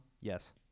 Yes